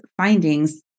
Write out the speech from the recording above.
findings